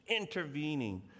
intervening